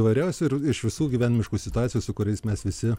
įvairiausių ir iš visų gyvenimiškų situacijų su kuriais mes visi